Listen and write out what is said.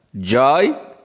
joy